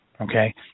okay